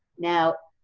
now,